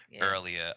earlier